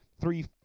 three